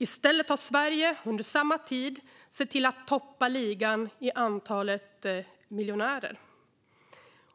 I stället har Sverige sett till att toppa ligan i antalet miljonärer.